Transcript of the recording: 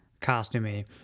costumey